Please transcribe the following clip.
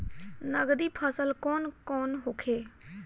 नकदी फसल कौन कौनहोखे?